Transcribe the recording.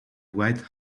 white